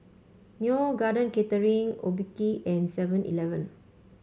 Neo Garden Catering Obike and Seven Eleven